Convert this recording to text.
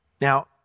Now